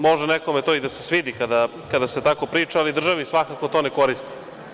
Može nekome to i da se svidi kada se tako priča, ali državi svakako to ne koristi.